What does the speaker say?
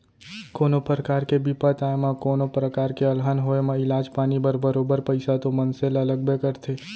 कोनो परकार के बिपत आए म कोनों प्रकार के अलहन होय म इलाज पानी बर बरोबर पइसा तो मनसे ल लगबे करथे